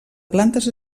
plantes